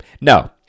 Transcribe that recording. No